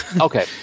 Okay